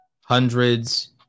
hundreds